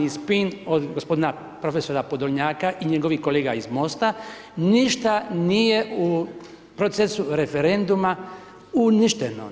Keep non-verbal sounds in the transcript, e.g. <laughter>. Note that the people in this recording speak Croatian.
i bačen … <unintelligible> od gospodina profesora Podolnjaka i njegovih kolega iz Mosta, ništa nije u procesu referenduma uništeno.